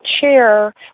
chair